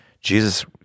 Jesus